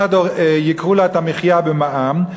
1% ייקחו לה מהמחיה במע"מ,